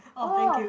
oh